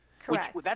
Correct